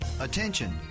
attention